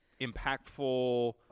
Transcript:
impactful